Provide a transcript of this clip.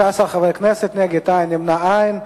15 חברי כנסת, נגד, אין, נמנעים,